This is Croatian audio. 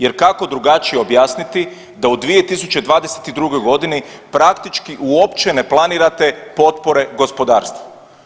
Jer kako drugačije objasniti da u 2022.g. praktički uopće ne planirate potpore gospodarstvu.